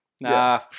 Nah